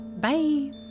bye